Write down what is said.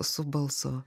su balsu